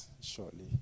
shortly